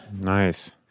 Nice